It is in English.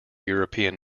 european